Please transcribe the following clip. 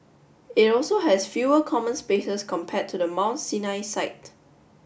it also has fewer common spaces compared to the Mount Sinai site